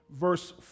verse